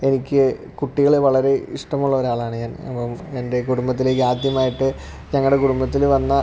എനിക്ക് കുട്ടികളെ വളരെ ഇഷ്ടമുള്ള ഒരാളാണ് ഞാൻ അപ്പം എന്റെ കുടുമ്പത്തിലേക്കാദ്യമായിട്ട് ഞങ്ങളുടെ കുടുംബത്തിൽ വന്ന